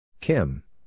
Kim